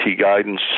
guidance